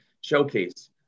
showcase